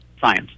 science